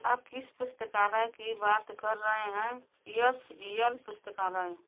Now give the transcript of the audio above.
आप किस पुस्तकालय की बात कर रहे हैं ई एस ई एल पुस्तकालय